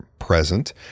present